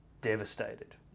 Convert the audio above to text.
devastated